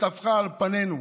וטפחה על פנינו,